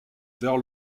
vers